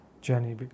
journey